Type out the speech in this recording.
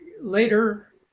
later